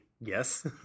Yes